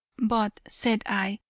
but, said i,